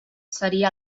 seria